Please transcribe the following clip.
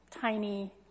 tiny